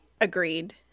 agreed